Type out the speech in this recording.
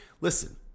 listen